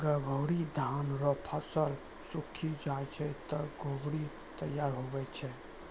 गभोरी धान रो फसल सुक्खी जाय छै ते गभोरी तैयार हुवै छै